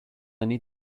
need